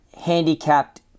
handicapped